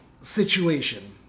situation